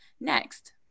next